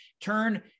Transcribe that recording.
turn